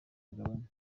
mugabane